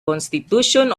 constitution